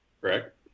Correct